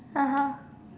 (uh huh)